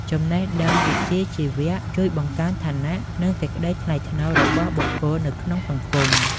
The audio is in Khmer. ចំណេះដឹងវិជ្ជាជីវៈជួយបង្កើនឋានៈ និងសេចក្ដីថ្លៃថ្នូររបស់បុគ្គលនៅក្នុងសង្គម។